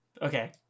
Okay